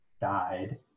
died